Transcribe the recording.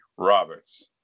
Roberts